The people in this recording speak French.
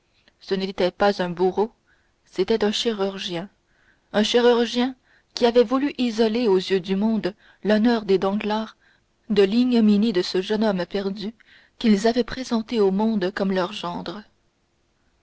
ce n'était pas un bourreau c'était un chirurgien un chirurgien qui avait voulu isoler aux yeux du monde l'honneur des danglars de l'ignominie de ce jeune homme perdu qu'ils avaient présenté au monde comme leur gendre